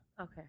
Okay